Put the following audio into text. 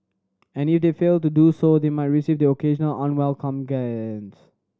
and if they fail to do so they might receive the occasional unwelcome glance